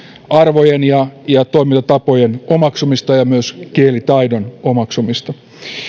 arvojen ja ja toimintatapojen omaksumista ja myös kielitaidon omaksumista